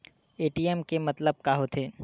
ATM के मतलब का होथे?